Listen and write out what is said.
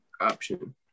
option